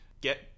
get